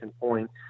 point